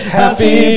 happy